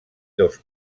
dos